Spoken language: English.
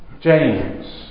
James